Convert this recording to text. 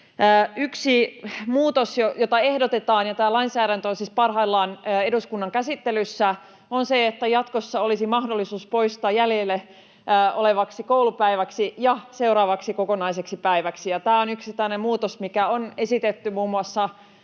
Yksi muutos, jota ehdotetaan — ja tämä lainsäädäntö on siis parhaillaan eduskunnan käsittelyssä — on se, että jatkossa olisi mahdollisuus poistaa jäljellä olevaksi koulupäiväksi ja seuraavaksi kokonaiseksi päiväksi, ja tämä on yksittäinen muutos, mitä on esitetty muun muassa